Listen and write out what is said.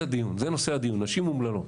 זה נושא הדיון, נשים אומללות.